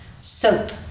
Soap